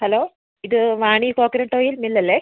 hello ഇത് Vani coconut oil mill അല്ലേ